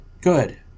Good